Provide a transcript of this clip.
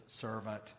servant